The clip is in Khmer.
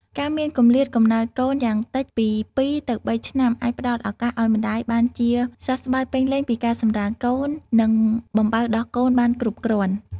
ការមានគម្លាតកំណើតកូនយ៉ាងតិចពី ២ ទៅ ៣ ឆ្នាំ អាចផ្តល់ឱកាសឲ្យម្តាយបានជាសះស្បើយពេញលេញពីការសម្រាលកូន និងបំបៅដោះកូនបានគ្រប់គ្រាន់។